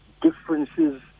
differences